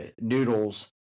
noodles